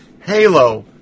halo